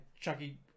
Chucky